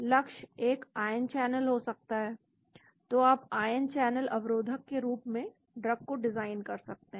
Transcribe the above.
लक्ष्य एक ion channel सकता है तो आप आयन चैनल अवरोधक के रूप में ड्रग को डिजाइन कर सकते हैं